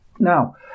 Now